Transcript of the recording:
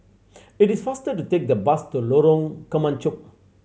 it is faster to take the bus to Lorong Kemunchup